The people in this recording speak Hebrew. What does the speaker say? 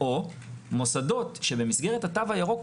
מעבדות מבחינתנו זה במסגרת תו סגול,